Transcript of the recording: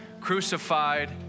crucified